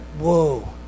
whoa